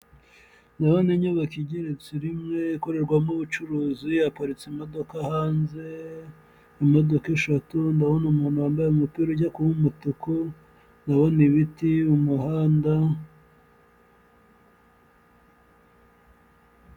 Ndabona inyubako igeretse rimwe ikorerwamo ubucuruzi yaparitse imodoka hanze, imodoka eshatu, ndabona umuntu wambaye umupira ujya kuba umutuku, nabona ibiti, umuhanda.